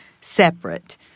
separate